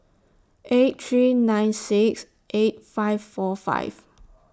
eight three nine six eight five four five